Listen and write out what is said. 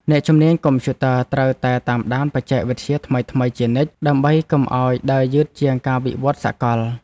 អ្នកជំនាញកុំព្យូទ័រត្រូវតែតាមដានបច្ចេកវិទ្យាថ្មីៗជានិច្ច ដើម្បីកុំឱ្យដើរយឺតជាងការវិវត្តសកល។